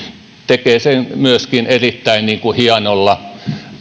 tekee sen myöskin erittäin hienolla tavalla sitten haluan